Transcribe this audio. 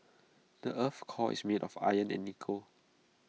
the Earth's core is made of iron and nickel